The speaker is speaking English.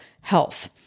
health